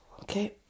Okay